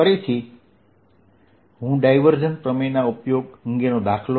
ફરીથી હું ડાયવર્જન્સ પ્રમેયના ઉપયોગ અંગેનો દાખલો લઉ